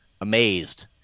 amazed